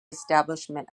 establishment